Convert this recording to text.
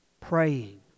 praying